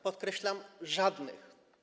Podkreślam: żadnych.